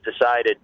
decided